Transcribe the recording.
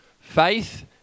faith